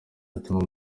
yatuma